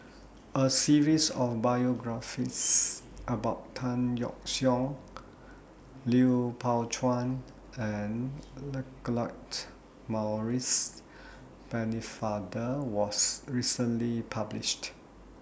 A series of biographies about Tan Yeok Seong Lui Pao Chuen and Maurice Pennefather was recently published